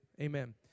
amen